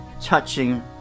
touching